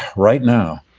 right now,